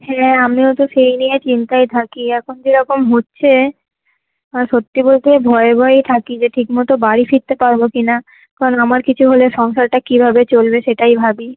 হ্যাঁ আমিও তো সেই নিয়েই চিন্তায় থাকি এখন যেরকম হচ্ছে আর সত্যি বলতে ভয় ভয়েই থাকি যে ঠিক মতো বাড়ি ফিরতে পারবো কি না কারণ আমার কিছু হলে সংসারটা কীভাবে চলবে সেটাই ভাবি